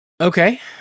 Okay